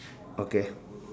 okay